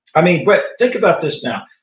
i mean, brett, think about this now.